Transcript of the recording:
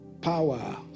Power